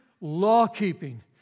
law-keeping